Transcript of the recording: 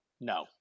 no